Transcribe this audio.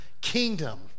kingdom